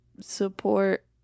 support